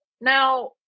now